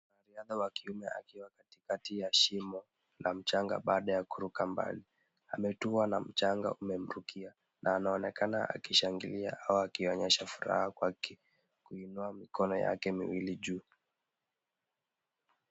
Mwanariadha wa kiume akiwa katikati ya shimo la mchanga, baada ya kuruka mbali, ametua na mchanga umemrukia na anaonekana akishangilia au akionyesha furaha kwake, kwa kuinua mikono yake miwili juu.